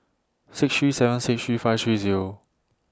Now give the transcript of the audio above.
six three seven six three five three Zero